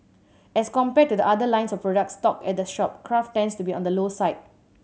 as compared to the other lines of products stocked at the shop craft tends to be on the low side